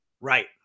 Right